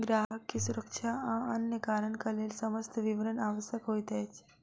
ग्राहक के सुरक्षा आ अन्य कारणक लेल समस्त विवरण आवश्यक होइत अछि